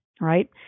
right